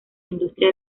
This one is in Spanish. industria